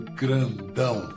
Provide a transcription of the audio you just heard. grandão